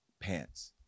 pants